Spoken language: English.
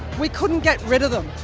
we couldn't get rid of them.